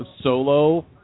solo